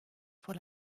pour